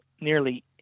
nearly